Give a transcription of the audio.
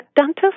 dentist